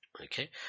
Okay